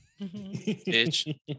Bitch